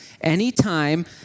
anytime